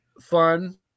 fun